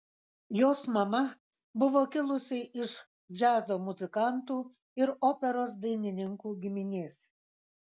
jos mama buvo kilusi iš džiazo muzikantų ir operos dainininkų giminės